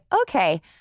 okay